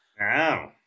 Wow